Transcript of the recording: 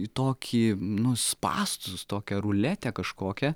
į tokį nu spąstus tokią ruletę kažkokią